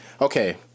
okay